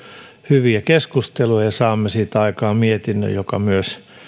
hyviä keskusteluja ja saamme siitä aikaan mietinnön joka myös